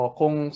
kung